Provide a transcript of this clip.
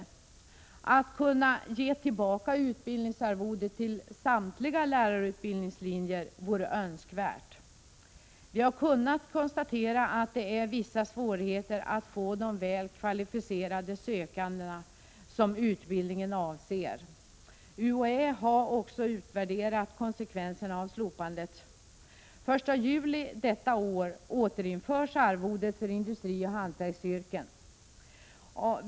Det vore önskvärt att kunna ge tillbaka utbildningsarvodet till samtliga lärarutbildningslinjer. Vi har kunnat konstatera att det är vissa svårigheter att få de väl kvalificerade sökande som utbildningen är avsedd för. UHÄ har också utvärderat konsekvenserna av slopandet. Den 1 juli detta år återinförs arvodet för industrioch hantverksyrken.